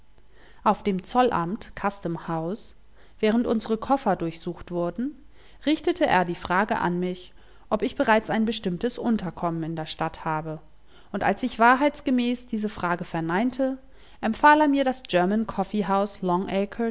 auf dem zollamt custom house während unsere koffer durchsucht wurden richtete er die frage an mich ob ich bereits ein bestimmtes unterkommen in der stadt habe und als ich wahrheitsgemäß diese frage verneinte empfahl er mir das